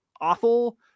awful